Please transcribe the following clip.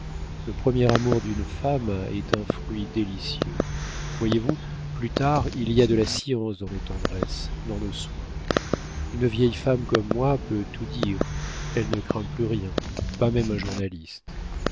le premier amour d'une femme est un fruit délicieux voyez-vous plus tard il y a de la science dans nos tendresses dans nos soins une vieille femme comme moi peut tout dire elle ne craint plus rien pas même un journaliste